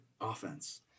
offense